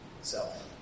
self